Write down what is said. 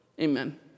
Amen